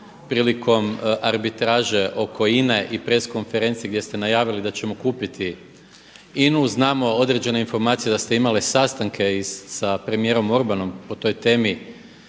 prilikom arbitraže oko INA-e i press konferencije gdje ste najavili da ćemo kupiti INA-u. Znamo određene informacije da ste imali sastanke i sa premijerom Orbanom o toj temi